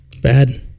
bad